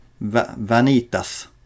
Vanitas